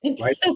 Right